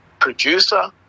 producer